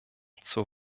zur